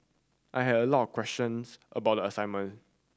I had a lot of questions about the assignment